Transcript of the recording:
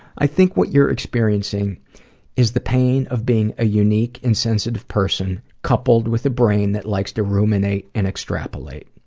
i think what you're experiencing is the pain of being an ah unique and sensitive person, coupled with a brain that likes to ruminate and extrapolate.